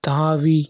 தாவி